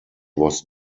was